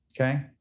Okay